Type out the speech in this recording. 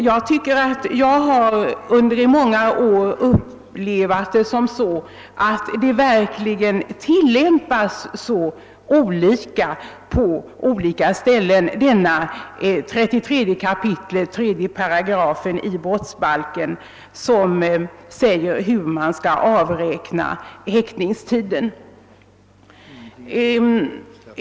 Jag upplever det så, att reglerna i 33 kap. 3 § brottsbalken, som anger hur häktningstiden skall avräknas, tillämpas mycket olika på olika ställen.